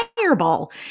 fireball